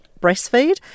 breastfeed